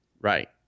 Right